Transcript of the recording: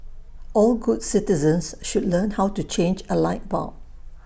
all good citizens should learn how to change A light bulb